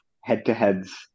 head-to-heads